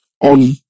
on